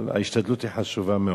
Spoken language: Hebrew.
אבל ההשתדלות היא חשובה מאוד.